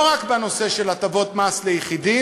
לא רק בנושא של הטבות מס ליחידים,